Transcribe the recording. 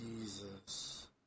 Jesus